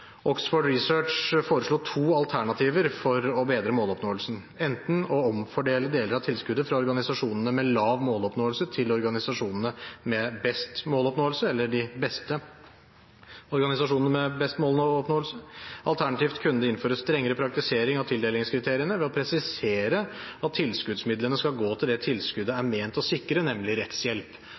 Oxford Research foreslo to alternativer for å bedre måloppnåelsen: enten å omfordele deler av tilskuddet fra organisasjonene med lav måloppnåelse til organisasjonene med best måloppnåelse, eller de beste organisasjonene med best måloppnåelse, alternativt kunne det innføres strengere praktisering av tildelingskriteriene ved å presisere at tilskuddsmidlene skal gå til det tilskuddet er ment å sikre, nemlig rettshjelp.